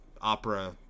opera